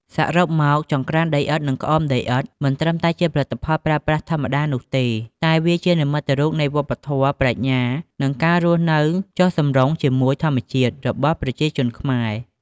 សរុបមក ចង្ក្រានដីឥដ្ឋ និងក្អមដីឥដ្ឋ មិនត្រឹមតែជាសម្ភារៈប្រើប្រាស់ធម្មតានោះទេ តែវាជា និមិត្តរូបនៃវប្បធម៌ ប្រាជ្ញា និងការរស់នៅចុះសម្រុងជាមួយធម្មជាតិ របស់ប្រជាជនខ្មែរ។